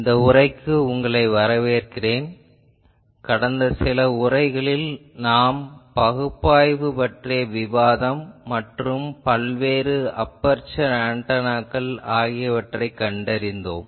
இந்த உரைக்கு வரவேற்கிறேன் கடந்த சில உரைகளில் நாம் பகுப்பாய்வு பற்றிய விவாதம் மற்றும் பல்வேறு அபெர்சர் ஆன்டெனாக்கள் ஆகியவற்றை கண்டறிந்தோம்